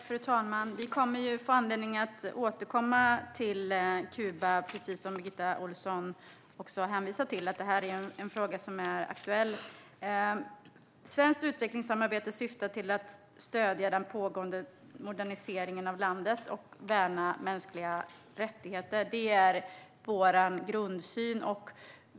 Fru talman! Vi kommer att få anledning att återkomma till Kuba. Precis som Birgitta Ohlsson hänvisade till är detta en fråga som är aktuell. Svenskt utvecklingssamarbete syftar till att stödja den pågående moderniseringen av landet och värna mänskliga rättigheter. Det är vår grundsyn.